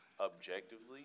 objectively